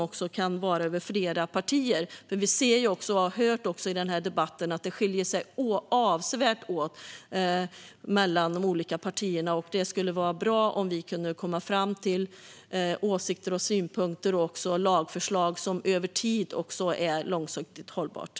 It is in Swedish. I den här debatten har vi hört att det skiljer sig avsevärt mellan de olika partierna. Det skulle vara bra om vi kunde komma fram till åsikter, synpunkter och lagförslag som över tid är långsiktigt hållbara.